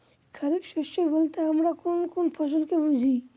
খরিফ শস্য বলতে আমরা কোন কোন ফসল কে বুঝি?